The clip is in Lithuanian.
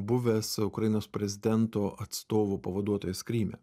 buvęs ukrainos prezidento atstovo pavaduotojas kryme